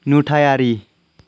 नुथायारि